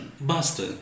Buster